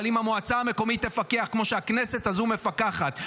אבל אם המועצה המקומית תפקח כמו שהכנסת הזו מפקחת,